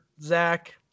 zach